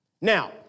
Now